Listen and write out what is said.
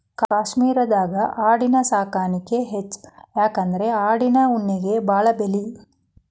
ಕಾಶ್ಮೇರದಾಗ ಆಡಿನ ಸಾಕಾಣಿಕೆ ಹೆಚ್ಚ ಯಾಕಂದ್ರ ಆಡಿನ ಉಣ್ಣಿಗೆ ಬಾಳ ಬೆಲಿ